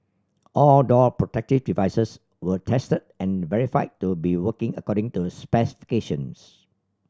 all door protective devices were tested and verified to be working according to specifications